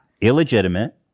illegitimate